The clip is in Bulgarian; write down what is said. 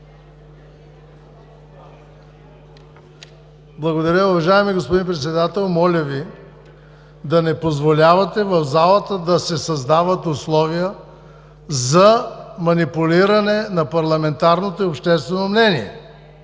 Благодаря. Уважаеми господин Председател, моля Ви да не позволявате в залата да се създават условия за манипулиране на парламентарното и обществено мнение.